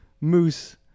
moose